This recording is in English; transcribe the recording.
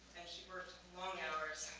and she worked long hours.